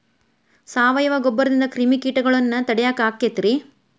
ಸಾವಯವ ಗೊಬ್ಬರದಿಂದ ಕ್ರಿಮಿಕೇಟಗೊಳ್ನ ತಡಿಯಾಕ ಆಕ್ಕೆತಿ ರೇ?